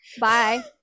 bye